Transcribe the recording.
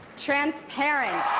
transparent.